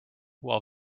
while